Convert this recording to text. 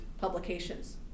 publications